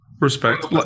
Respect